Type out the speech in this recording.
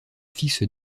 fixe